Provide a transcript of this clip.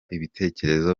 ibitekerezo